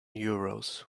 euros